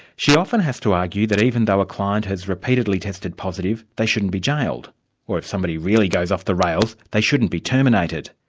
she often has to argue that even though a client has repeatedly tested positive, they shouldn't be jailed or if somebody really goes off the rails, they shouldn't be terminated.